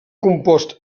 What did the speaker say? compost